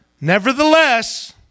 Nevertheless